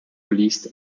released